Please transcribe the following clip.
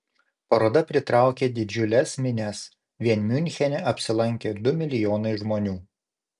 paroda pritraukė didžiules minias vien miunchene apsilankė du milijonai žmonių